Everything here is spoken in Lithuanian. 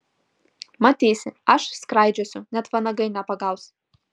matysi aš skraidžiosiu net vanagai nepagaus